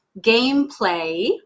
gameplay